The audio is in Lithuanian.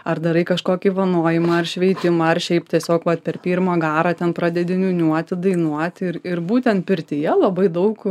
ar darai kažkokį vanojimą ar šveitimą ar šiaip tiesiog vat per pirmą garą ten pradedi niūniuoti dainuoti ir ir būtent pirtyje labai daug